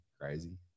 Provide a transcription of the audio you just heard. crazy